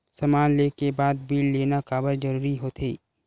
समान ले के बाद बिल लेना काबर जरूरी होथे?